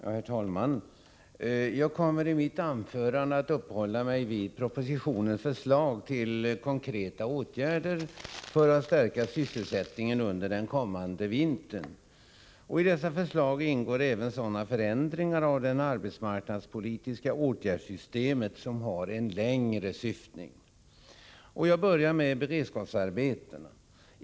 Herr talman! Jag kommer i mitt anförande att uppehålla mig vid propositionens förslag till konkreta åtgärder för att stärka sysselsättningen under den kommande vintern. I dessa förslag ingår även sådana förändringar av det arbetsmarknadspolitiska åtgärdssystemet som har en längre syftning. Jag börjar med beredskapsarbetena.